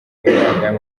myaka